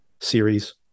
series